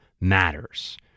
matters